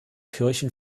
kirchen